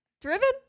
driven